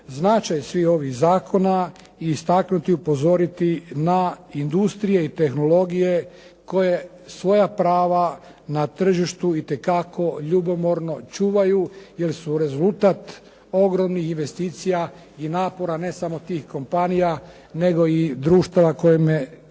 značaj svih ovih zakona i istaknuti i upozoriti na industrije i tehnologije koje svoja prava na tržištu itekako ljubomorno čuvaju, jer su rezultat ogromnih investicija i napora ne samo tih kompanija nego i društava kojima te